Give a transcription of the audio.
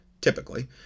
typically